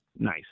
nice